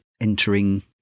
entering